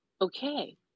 okay